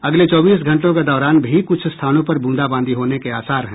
अगले चौबीस घंटों के दौरान भी कुछ स्थानों पर बूंदाबांदी होने के आसार हैं